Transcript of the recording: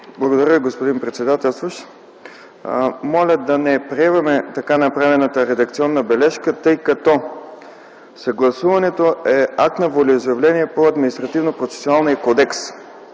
Благодаря Ви, господин председателстващ. Моля да не приемаме така направената редакционна бележка, тъй като съгласуването е акт на волеизявление по Административнопроцесуалния кодекс,